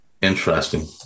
Interesting